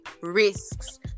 risks